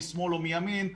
משמאל או מימין,